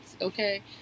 okay